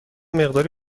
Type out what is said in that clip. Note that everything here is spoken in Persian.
مقداری